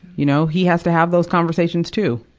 you know, he has to have those conversations, too.